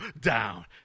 down